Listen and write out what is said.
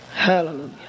Hallelujah